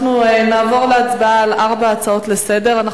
אנחנו נעבור להצבעה על ארבע הצעות לסדר-היום.